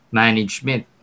management